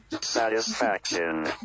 satisfaction